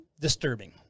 disturbing